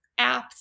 apps